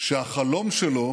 שהחלום שלו